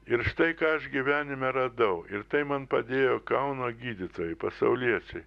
ir štai ką aš gyvenime radau ir tai man padėjo kauno gydytojai pasauliečiai